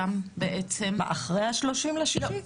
אחרי ה-30 ביוני?